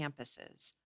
campuses